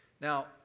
Now